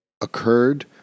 occurred